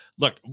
Look